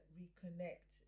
reconnect